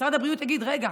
משרד הבריאות יגיד: רגע,